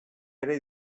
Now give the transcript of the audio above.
ere